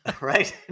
right